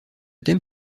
thème